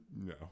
No